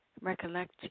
Recollect